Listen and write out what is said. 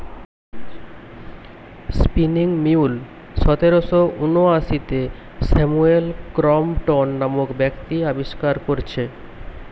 spinning mule সতেরশ ঊনআশিতে Samuel Crompton নামক ব্যক্তি আবিষ্কার কোরেছে